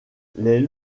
les